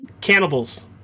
cannibals